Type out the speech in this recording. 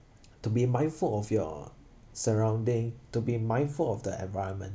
to be mindful of your surrounding to be mindful of the environment